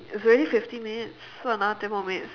it's already fifty minutes so another ten more minutes